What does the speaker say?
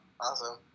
awesome